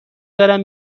دارم